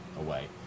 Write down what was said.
away